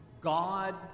God